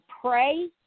pray